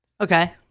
Okay